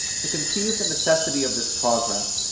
to conceive the necessity of this progress,